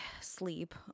sleep